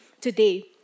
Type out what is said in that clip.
today